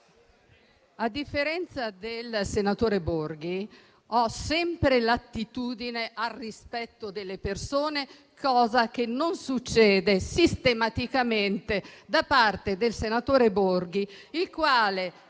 A differenza del senatore Enrico Borghi, ho sempre l'attitudine al rispetto delle persone, cosa che non succede sistematicamente da parte sua dato che sempre